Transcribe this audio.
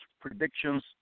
predictions